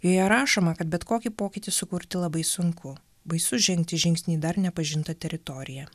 joje rašoma kad bet kokį pokytį sukurti labai sunku baisu žengti žingsnį į dar nepažintą teritoriją